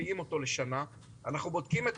המחסור הזה מאז ועד היום לא קיים,